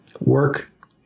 work